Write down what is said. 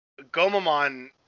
Gomamon